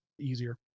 easier